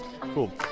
Cool